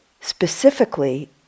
specifically